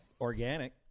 organic